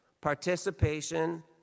participation